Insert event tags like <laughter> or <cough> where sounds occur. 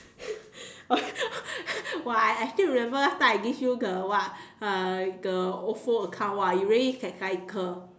<laughs> oh I I still remember last time I give you the what ah uh the OFO account !wow! you really can cycle